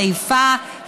חיפה,